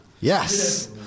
Yes